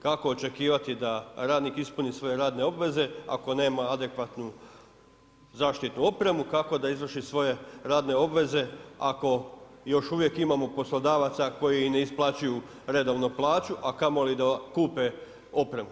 Kako očekivati da radnik ispuni svoje radne obveze ako nema adekvatnu zaštitnu opremu, kako da izvrši svoje radne obveze ako još uvijek poslodavaca koji ne isplaćuju redovno plaću a kamoli da kupe opremu?